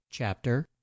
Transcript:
Chapter